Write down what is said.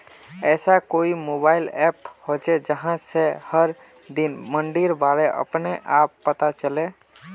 ऐसा कोई mobile app होचे जहा से हर दिन मंडीर बारे अपने आप पता चले?